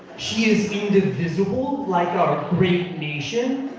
she is indivisible like our great nation.